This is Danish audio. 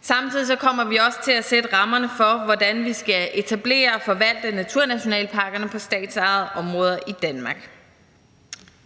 Samtidig kommer vi også til at sætte rammerne for, hvordan vi skal etablere og forvalte naturnationalparkerne på statsejede områder i Danmark.